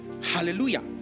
Hallelujah